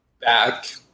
back